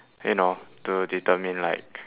you know to determine like